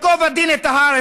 ייקוב הדין את ההר,